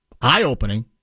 eye-opening